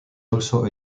also